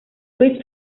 luís